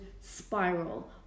spiral